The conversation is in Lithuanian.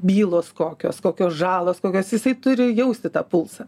bylos kokios kokios žalos kokios jisai turi jausti tą pulsą